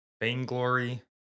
vainglory